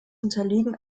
unterliegen